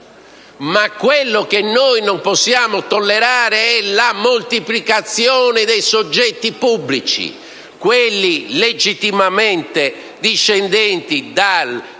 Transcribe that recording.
ciò che però non possiamo tollerare è la moltiplicazione dei soggetti pubblici, quelli legittimamente discendenti dal